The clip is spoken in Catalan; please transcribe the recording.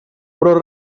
però